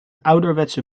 ouderwetse